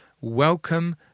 welcome